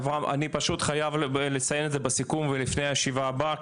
אברהם אני פשוט חייב לציין את זה בסיכום ולפני הישיבה הבאה,